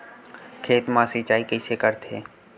खेत मा सिंचाई कइसे करथे?